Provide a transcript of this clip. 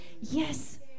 Yes